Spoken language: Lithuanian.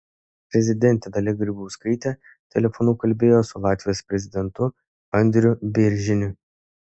prezidentė dalia grybauskaitė telefonu kalbėjo su latvijos prezidentu andriu bėrziniu